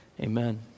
Amen